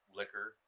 liquor